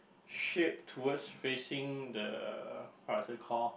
shaped towards facing the how is it call